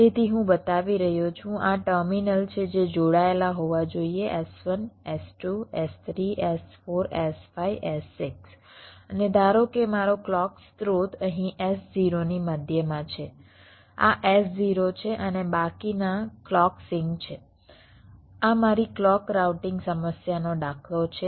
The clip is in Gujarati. તેથી હું બતાવી રહ્યો છું આ ટર્મિનલ છે જે જોડાયેલા હોવા જોઈએ S1 S2 S3 S4 S5 S6 અને ધારો કે મારો ક્લૉક સ્રોત અહીં S0 ની મધ્યમાં છે આ S0 છે અને બાકીના ક્લૉક સિંક છે આ મારી ક્લૉક રાઉટીંગ સમસ્યાનો દાખલો છે